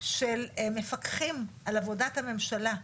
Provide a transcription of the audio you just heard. של מפקחים על עבודת הממשלה.